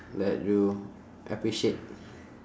that you appreciate